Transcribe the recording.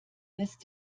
lässt